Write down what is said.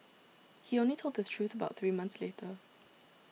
he only told the truth about three months later